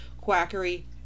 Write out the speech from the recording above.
quackery